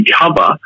cover